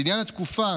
לעניין התקופה